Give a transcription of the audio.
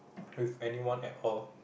with anyone at all